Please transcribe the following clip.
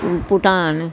ਭੂ ਭੂਟਾਨ